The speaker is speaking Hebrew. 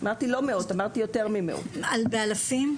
אלפים?